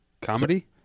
Comedy